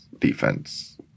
defense